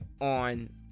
on